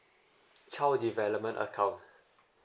child development account